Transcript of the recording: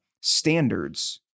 standards